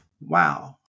wow